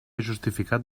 justificat